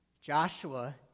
Joshua